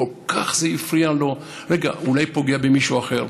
זה כל כך הפריע לו: רגע, אולי זה פוגע במישהו אחר,